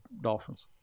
Dolphins